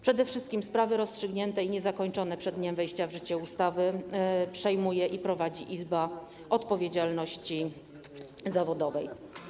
Przede wszystkim sprawy rozstrzygnięte i niezakończone przed dniem wejścia w życie ustawy przejmuje i prowadzi Izba Odpowiedzialności Zawodowej.